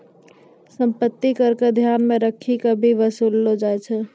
सम्पत्ति कर क ध्यान मे रखी क भी कर वसूललो जाय छै